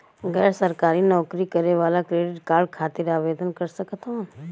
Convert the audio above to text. गैर सरकारी नौकरी करें वाला क्रेडिट कार्ड खातिर आवेदन कर सकत हवन?